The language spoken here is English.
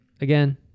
again